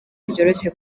ryoroshye